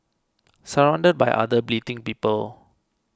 surrounded by other bleating people